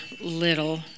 little